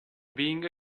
being